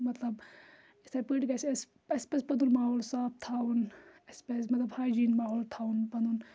مطلب اِتھے پٲٹھۍ گژھِ اَسہِ اَسہِ پَزِ پَنُن ماحول صاف تھاوُن اَسہِ پَزِ مطلب ہایجیٖن ماحول تھاوُن پَنُن